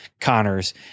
Connors